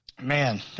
Man